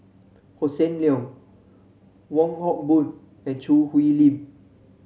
Hossan Leong Wong Hock Boon and Choo Hwee Lim